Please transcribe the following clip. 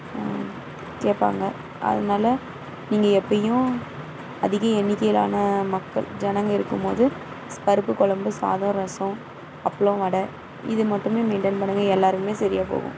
கேப்பாங்க அதனால் நீங்கள் எப்போயும் அதிக எண்ணிக்கையிலான மக்கள் ஜனங்க இருக்கும் போது ஸ் பருப்பு குழம்பு சாதம் ரசம் அப்பளம் வடை இதை மட்டுமே மெயின்டென் பண்ணுங்கள் எல்லாருக்குமே சரியாக போகும்